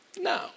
No